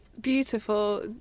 beautiful